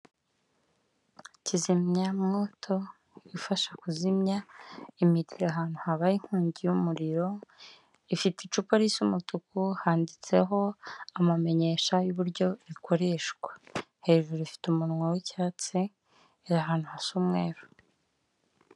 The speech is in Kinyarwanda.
Kizimyamwoto ifasha kuzimya imiro ahantu habaye inkongi y'umuriro, ifite icupa risa umutuku handitseho amamenyesha y'uburyo rikoreshwa, hejuru ifite umunwa w'icyatsi ira ahantu hasa umweru.